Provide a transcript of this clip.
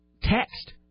text